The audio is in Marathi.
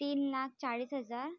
तीन लाख चाळीस हजार